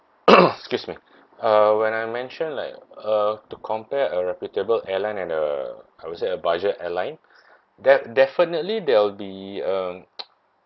excuse me uh when I mention like uh to compare a reputable airline and uh I would say a budget airline that definitely there will be uh